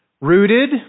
rooted